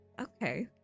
Okay